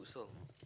futsal